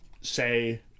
say